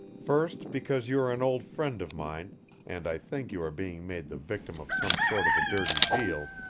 first because you are an old friend of mine and i think you are being made the victim of some sort of a dirty deal,